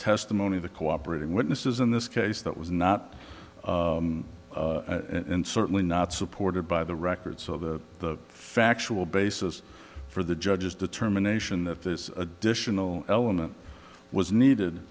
testimony of the cooperating witnesses in this case that was not and certainly not supported by the record so the factual basis for the judge's determination that this additional element was needed